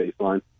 baseline